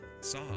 saw